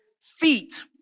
feet